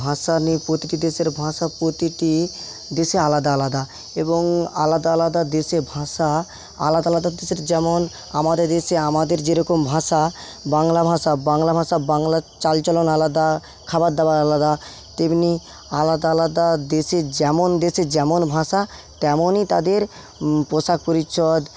ভাষা নিয়ে প্রতিটি দেশের ভাষা প্রতিটি দেশে আলাদা আলাদা এবং আলাদা আলাদা দেশে ভাষা আলাদা আলাদা দেশের যেমন আমাদের দেশে আমদের যেরকম ভাষা বাংলাভাষা বাংলাভাষা বাংলা চালচলন আলাদা খাবারদাবার আলাদা তেমনি আলাদা আলাদা দেশের যেমন দেশের যেমন ভাষা তেমনই তাদের পোশাক পরিচ্ছদ